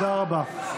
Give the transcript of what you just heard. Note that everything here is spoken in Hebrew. תודה רבה.